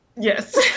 Yes